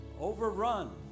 overrun